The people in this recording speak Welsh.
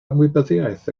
ymwybyddiaeth